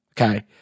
okay